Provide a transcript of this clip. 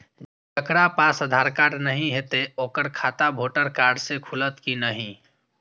जकरा पास आधार कार्ड नहीं हेते ओकर खाता वोटर कार्ड से खुलत कि नहीं?